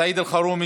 סעיד אלחרומי,